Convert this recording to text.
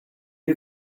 you